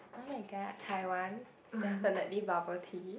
oh-my-god Taiwan definitely bubble tea